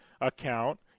account